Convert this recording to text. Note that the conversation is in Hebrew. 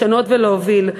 לשנות ולהוביל,